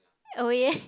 oh yeah